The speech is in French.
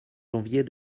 janvier